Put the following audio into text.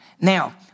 Now